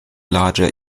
larger